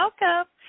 Welcome